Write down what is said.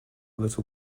little